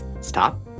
Stop